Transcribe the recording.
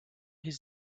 his